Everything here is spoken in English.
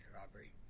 robbery